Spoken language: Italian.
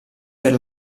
per